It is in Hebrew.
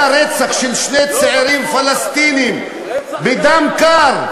היה רצח של שני צעירים פלסטינים בדם קר.